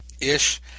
ish